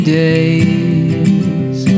days